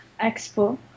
Expo